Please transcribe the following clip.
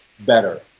better